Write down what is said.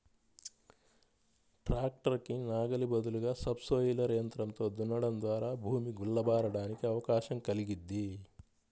tractor కి నాగలి బదులుగా సబ్ సోయిలర్ యంత్రంతో దున్నడం ద్వారా భూమి గుల్ల బారడానికి అవకాశం కల్గిద్ది